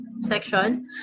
section